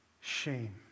shame